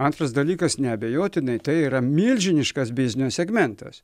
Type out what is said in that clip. antras dalykas neabejotinai tai yra milžiniškas biznio segmentas